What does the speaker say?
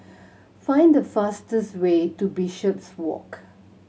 find the fastest way to Bishopswalk